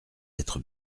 être